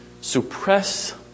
suppress